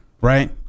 right